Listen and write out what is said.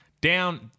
down